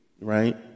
right